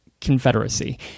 Confederacy